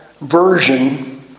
version